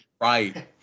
right